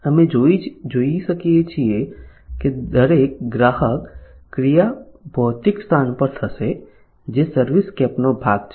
અમે જોઈ શકીએ છીએ કે દરેક ગ્રાહક ક્રિયા ભૌતિક સ્થાન પર થશે જે સર્વિસસ્કેપનો ભાગ છે